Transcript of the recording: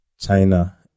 China